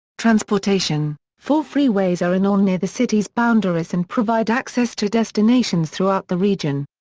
transportation four freeways are in or near the city's boundaries and provide access to destinations throughout the region.